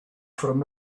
from